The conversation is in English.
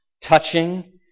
touching